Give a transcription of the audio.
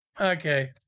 Okay